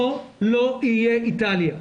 פה לא יהיה איטליה.